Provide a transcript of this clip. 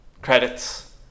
Credits